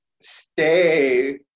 stay